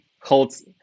holds